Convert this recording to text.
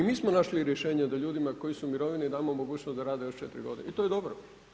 I mi smo našli rješenje da ljudima koji su u mirovini damo mogućnost da rade još 4 godine, i to je dobro.